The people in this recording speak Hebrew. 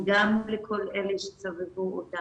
וגם לכל אלה שסבבו אותה,